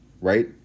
right